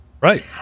Right